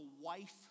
wife